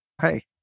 Hey